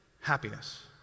happiness